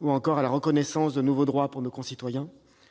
ou encore à la reconnaissance de nouveaux droits pour nos concitoyens,